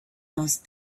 those